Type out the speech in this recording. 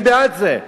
אני בעד זה.